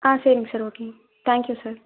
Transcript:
ஆ சரிங்க சார் ஓகேங்க thank you sir